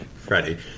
Freddie